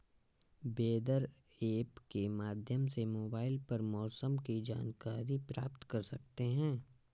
weather app के माध्यम से मोबाइल पर मौसम की जानकारी प्राप्त कर सकते हैं